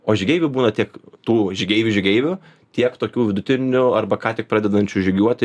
o žygeivių būna tiek tų žygeivių žygeivių tiek tokių vidutinių arba ką tik pradedančių žygiuoti